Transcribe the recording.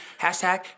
Hashtag